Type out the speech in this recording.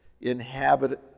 inhabit